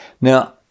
Now